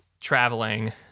traveling